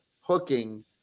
hooking